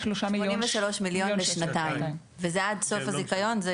83 מיליון לשנתיים וזה עד סוף הזיכיון.